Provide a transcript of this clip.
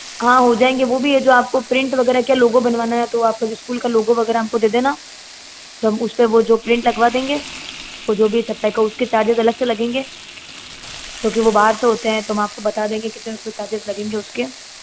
हाँ हो जायेंगे वो भी है जो आपको प्रिंट वगैरह क्या लोगो बनवाना है तो आपका जो स्कूल का लोगो वगैरह हमको दे देना तो हम उसमें वो जो प्रिंट देंगे वो जो भी छपा है उसके चार्जेज़ अलग से लगेंगे क्योंकि वो बाहर से होते हैं तो हम आपको बता देंगे कितने रुपये चार्जेज़ लगेंगे उसके